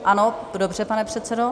Ano, dobře, pane předsedo?